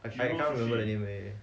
I can't remember anyway eh